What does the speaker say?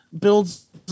builds